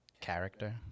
Character